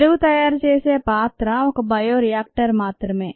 పెరుగు తయారు చేసే పాత్ర ఒక బయోరియాక్టర్ మాత్రమే